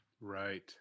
Right